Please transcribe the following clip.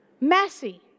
messy